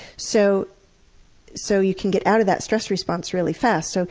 so so you can get out of that stress response really fast. so